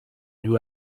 new